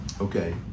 Okay